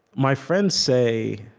my friends say,